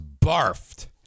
barfed